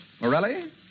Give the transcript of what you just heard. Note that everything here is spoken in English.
Morelli